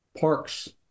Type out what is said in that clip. parks